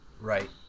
Right